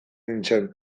nintzen